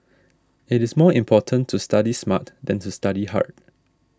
it is more important to study smart than to study hard